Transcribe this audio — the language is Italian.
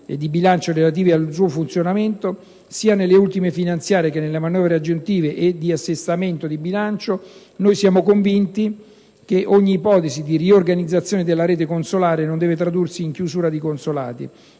di bilancio relativi al suo funzionamento, sia nelle ultime finanziare che nelle manovre aggiuntive e di assestamento di bilancio, siamo convinti che ogni ipotesi di riorganizzazione della rete consolare non deve tradursi in chiusura di consolati,